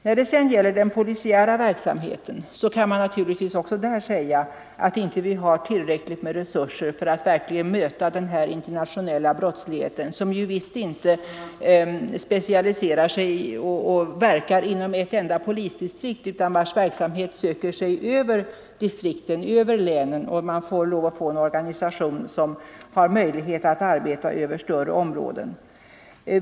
I fråga om den polisiära verksamheten kan man också säga att vi inte har tillräckligt med resurser för att verkligen möta den internationella brottsligheten, som ju visst inte specialiserar sig på och verkar inom ett enda polisdistrikt utan vars verksamhet söker sig över distrikten, över länen. Man måste därför skapa en organisation som kan arbeta över större områden.